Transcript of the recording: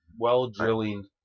well-drilling